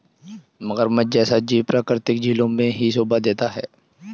मगरमच्छ जैसा जीव प्राकृतिक झीलों में ही शोभा देता है